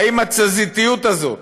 האם התזזיתיות הזאת,